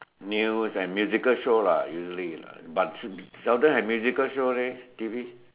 news and musical show lah usually lah but seldom have musical show leh T_V